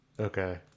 Okay